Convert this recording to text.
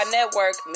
Network